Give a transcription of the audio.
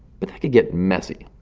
but that could get messy.